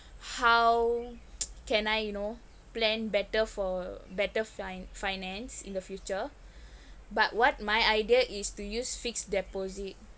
how can I you know plan better for better fin~ finance in the future but what my idea is to use fixed deposit